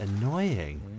annoying